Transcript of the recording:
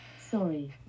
Sorry